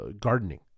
gardening